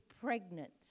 pregnant